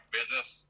business